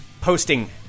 posting